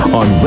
on